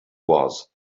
was